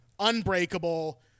unbreakable